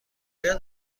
آیا